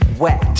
wet